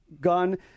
gun